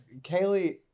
Kaylee